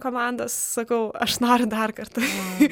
komandos sakau aš noriu dar kartą